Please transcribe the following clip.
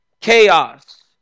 Chaos